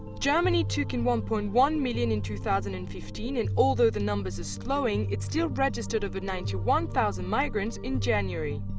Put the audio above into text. germany took in one point one million in two thousand and fifteen and although the numbers are slowing, it still registered over ninety one thousand migrants in january.